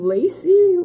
Lacey